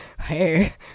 Hey